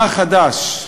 מה חדש?